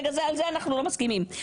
על זה אנחנו לא מסכימים,